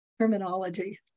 terminology